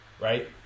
Right